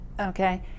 Okay